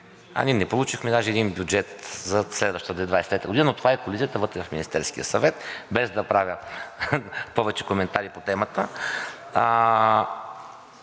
А ние не получихме даже един бюджет за следващата 2023 г., но това е колизията вътре в Министерския съвет, без да правя повече коментари по темата.